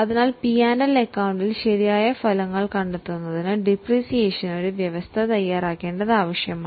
matching concept കൊടുക്കേണ്ടത് ആവശ്യമാണ്